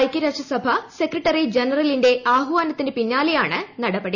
ഐക്യരാഷ്ട്രസഭാ secretary ജനറലിന്റെ ആഹ്വാനത്തിന് പിന്നാലെയാണ് നടപടി